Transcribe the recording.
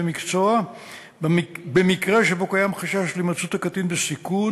מקצוע במקרה שבו קיים חשש להימצאות הקטין בסיכון,